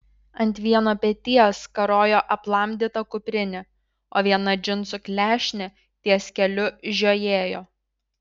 ant vieno peties karojo aplamdyta kuprinė o viena džinsų klešnė ties keliu žiojėjo